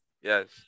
Yes